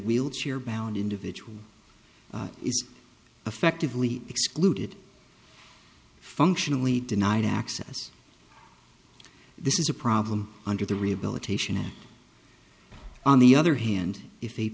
wheelchair bound individual is effectively excluded functionally denied access this is a problem under the rehabilitation act on the other hand if